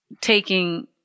taking